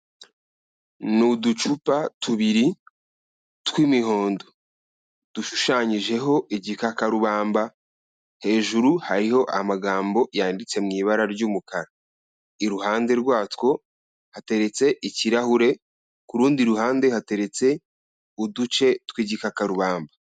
Ni uducupa tubiri tw'imihondo dushushanyijeho igikakarubamba, hejuru hariho amagambo yanditse mu ibara ry'umukara, iruhande rwatwo hateretse ikirahure, ku rundi ruhande hateretse uduce tw'igikakarubamba.